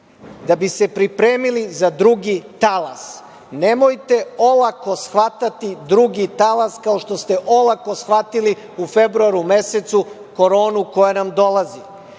da bismo se pripremili za drugi talas. Nemojte olako shvatati drugi talas, kao što ste olako shvatili u februaru mesecu Koronu koja nam dolazi.